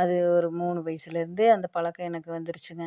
அது ஒரு மூணு வயதிலேருந்தே அந்த பழக்கம் எனக்கு வந்துடுச்சுங்க